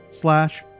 slash